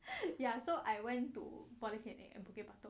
ya so I went to polyclinic and bukit batok